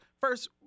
First